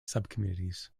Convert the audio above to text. subcommittees